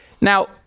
now